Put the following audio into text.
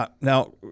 Now